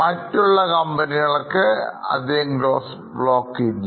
മറ്റുള്ള കമ്പനികൾക്ക് അധികം ഗ്രോസ് ബ്ലോക്ക് ഇല്ല